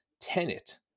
Tenet